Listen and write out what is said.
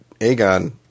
Aegon